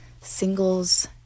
singles